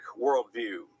worldview